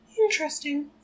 Interesting